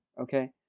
okay